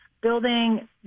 building